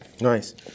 Nice